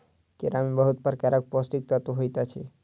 केरा में बहुत प्रकारक पौष्टिक तत्व होइत अछि